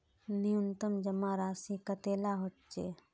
न्यूनतम जमा राशि कतेला होचे?